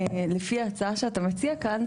לפי ההצעה שאתה מציע כאן,